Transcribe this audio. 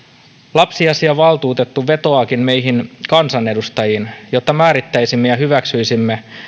lapsiasiavaltuutettu vetoaakin meihin kansanedustajiin jotta määrittäisimme ja hyväksyisimme